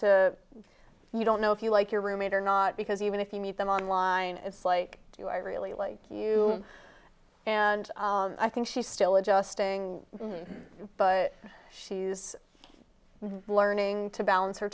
to you don't know if you like your roommate or not because even if you meet them online it's like do i really like you and i think she's still adjusting but she's learning to balance